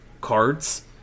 cards